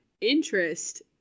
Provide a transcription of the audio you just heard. interest